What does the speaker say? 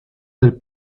del